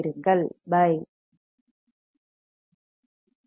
வருகிறேன்